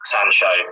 Sancho